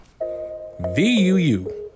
VUU